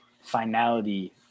finality